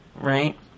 right